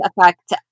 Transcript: affect